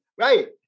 Right